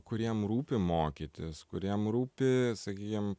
kuriem rūpi mokytis kuriem rūpi sakykim